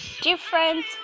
different